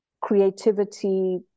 creativity